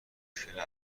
مشکل